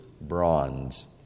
bronze